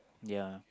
ya